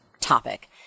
topic